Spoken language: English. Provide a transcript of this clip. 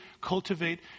cultivate